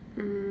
mm